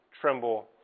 tremble